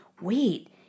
Wait